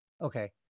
okay